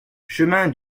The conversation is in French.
chemin